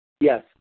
Yes